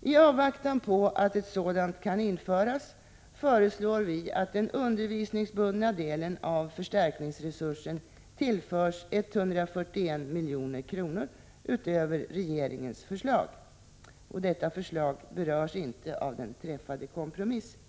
I avvaktan på att ett sådant kan införas föreslår vi att den undervisningsbundna delen av förstärkningsresursen tillförs 141 milj.kr. utöver regeringens förslag. Detta förslag berörs inte av den träffade kompromissen.